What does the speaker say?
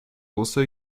also